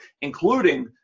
including